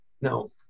Now